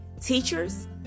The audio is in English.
Teachers